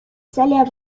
celia